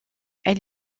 elle